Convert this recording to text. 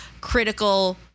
critical